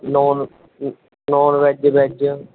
non non veg veg